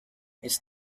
its